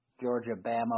Georgia-Bama